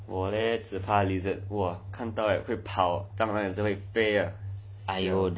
我只怕 lizard !wah! 看到 oh 会跑 ah 蟑螂 ah 也是会飞 ah